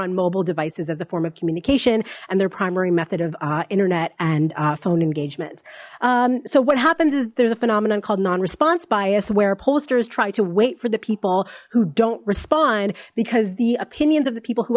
on mobile devices as a form of communication and their primary method of internet and phone engagement so what happens is there's a phenomenon called non response bias where polster's try to wait for the people who don't respond because the opinions of the people who